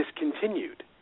discontinued